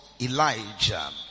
Elijah